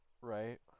right